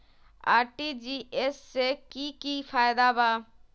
RTGS से की की फायदा बा?